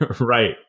Right